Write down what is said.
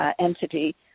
entity